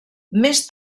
més